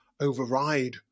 override